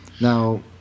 now